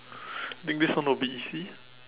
think this one would be easy